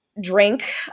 drink